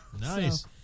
Nice